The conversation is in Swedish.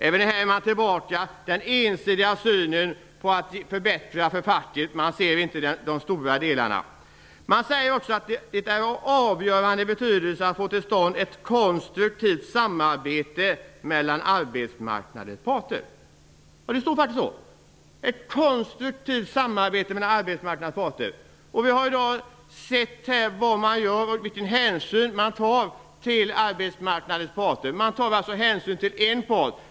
Även här är vi tillbaka vid den ensidiga synen att förbättra för facket. Man ser inte de stora delarna. Det sägs också att det är av avgörande betydelse att få till stånd ett konstruktivt samarbete mellan arbetsmarknadens parter. Det står faktiskt så. Vi har i dag sett vilken hänsyn man tar till arbetsmarknadens parter. Man tar alltså hänsyn till en part.